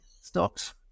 stocks